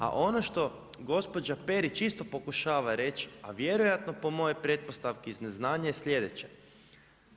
A ono što gospođa Perić isto pokušava reći, a vjerojatno po mojoj pretpostavki iz neznanja je slijedeće.